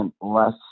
less